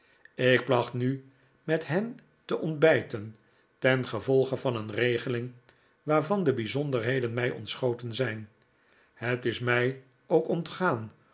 ik placht nu met hen te ontbijten tengevolge van een regeling waarvan de bijzonderheden mij ontschoten zijn het is mij ook ontgaan